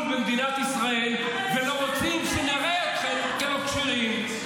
במדינת ישראל ולא רוצים שנראה אתכם כלא כשירים.